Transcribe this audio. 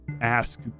ask